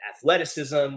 athleticism